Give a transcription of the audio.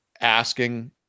asking